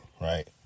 right